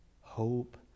hope